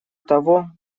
того